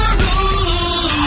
rules